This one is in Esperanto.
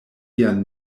ian